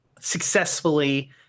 successfully